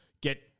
get –